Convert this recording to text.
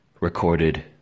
recorded